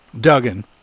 Duggan